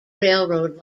railroad